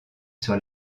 sur